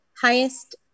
highest